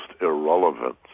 irrelevant